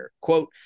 Quote